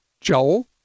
Joel